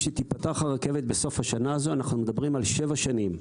כשתיפתח הרכבת בסוף השנה הזו אנחנו מדברים על שבע שנים.